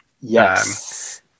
Yes